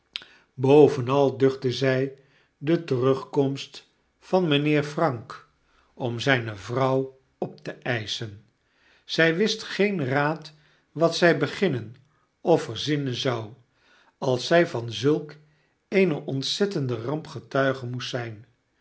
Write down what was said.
bovenal duchtte zy de terugkomst van mynheer frank om zyne vrouw op te eischen zy wist geen raad wat zy beginnen of verzinnen zou als zy van zulk eene ontzettende ramp getuige moest zyn